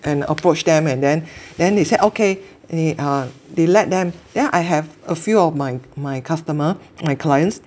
and approach them and then then they say okay eh err they let them then I have a few of my my customer my clients